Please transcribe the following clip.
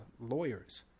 lawyers